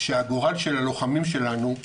שהגורל של הלוחמים שלנו,